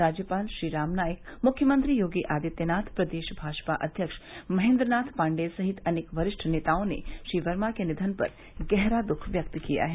राज्यपाल श्री रामनाईक मुख्यमंत्री योगी आदित्यनाथ प्रदेश भाजपा अध्यक्ष महेन्द्रनाथ पाण्डेय सहित अनेक वरिष्ठ नेताओं ने श्री वर्मा के निधन पर गहरा दुःख व्यक्त किया है